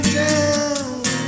down